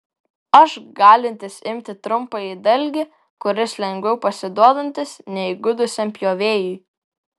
aš galintis imti trumpąjį dalgį kuris lengviau pasiduodantis neįgudusiam pjovėjui